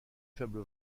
faible